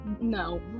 no